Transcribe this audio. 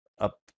up